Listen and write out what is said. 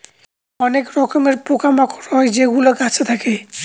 অনেক রকমের পোকা মাকড় হয় যেগুলো গাছে থাকে